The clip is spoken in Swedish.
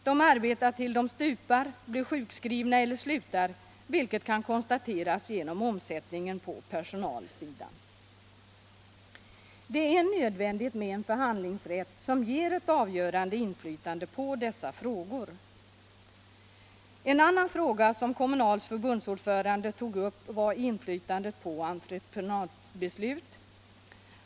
De arbetar tills de stupar, blir sjukskrivna eller slutar, vilket kan konstateras genom omsättningen på personal. Det är nödvändigt med en förhandlingsrätt som ger ett avgörande inflytande på dessa frågor. En annan fråga som Kommunalarbetareförbundets ordförande tog upp var inflytandet på entreprenadbeslut.